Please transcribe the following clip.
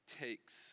takes